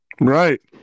Right